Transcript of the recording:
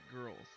girls